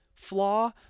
Flaw